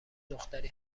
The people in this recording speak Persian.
دختری